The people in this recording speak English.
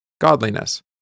godliness